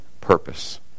purpose